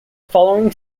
following